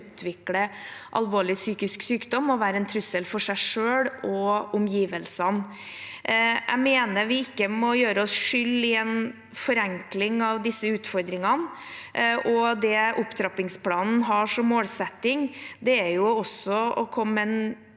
utvikle alvorlig psykisk sykdom og være en trussel for seg selv og omgivelsene. Jeg mener vi ikke må gjøre oss skyldige i en forenkling av disse utfordringene. Det opptrappingsplanen også har som målsetting, er å komme med